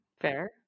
Fair